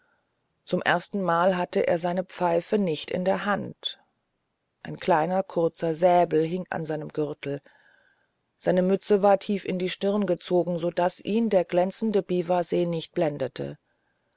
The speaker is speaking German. zum erstenmal hatte er seine pfeife nicht in der hand ein kleiner kurzer säbel hing an seinem gürtel seine mütze war tief in die stirn gezogen so daß ihn der glänzende biwasee nicht blendete